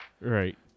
right